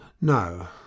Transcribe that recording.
No